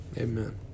amen